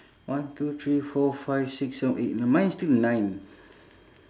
one two three four five six seven eight n~ mine is still nine